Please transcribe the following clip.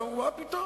כי באמת המצב דוחק,